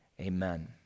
amen